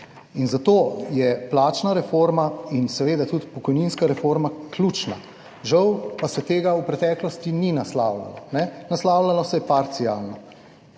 In zato je plačna reforma in seveda tudi pokojninska reforma ključna, žal pa se tega v preteklosti ni naslavljalo. Naslavljalo se je parcialno.